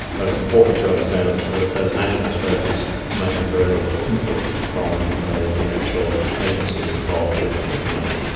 but it's important to understand that those national strategies may have very little input from the actual agencies involved with implementing